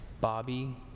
Bobby